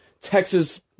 Texas